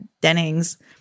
Dennings